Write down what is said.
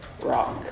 rock